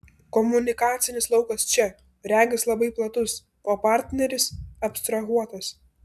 komunikacinis laukas čia regis labai platus o partneris abstrahuotas